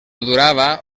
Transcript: durava